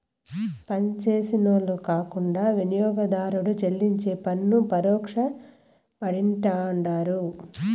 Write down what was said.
పన్నేసినోళ్లు కాకుండా వినియోగదారుడు చెల్లించే పన్ను పరోక్ష పన్నంటండారు